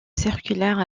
circulaire